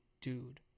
dude